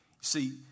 See